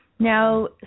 Now